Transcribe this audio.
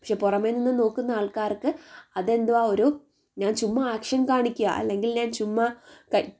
പക്ഷേ പുറമേ നിന്ന് നോക്കുന്ന ആൾക്കാർക്ക് അതെ എന്താണ് ഒരു ഞാൻ ചുമ്മാതെ ആക്ഷൻ കാണിക്കുക ആണ് അല്ലെങ്കിൽ ചുമ്മാതെ കൈ